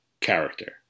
character